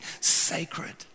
sacred